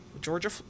georgia